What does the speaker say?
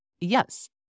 Yes